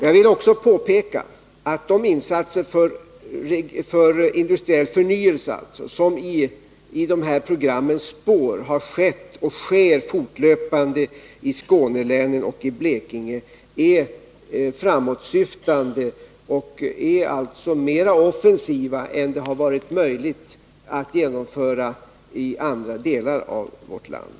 Jag vill också påpeka att de insatser för industriell förnyelse i de här programmens spår som har skett och sker fortlöpande i Skånelänen och i Blekinge är framåtsyftande och alltså mer offensiva än de insatser som har varit möjliga att genomföra i andra delar av vårt land.